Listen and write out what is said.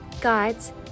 guides